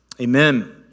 Amen